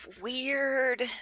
weird